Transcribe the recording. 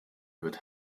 wird